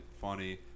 funny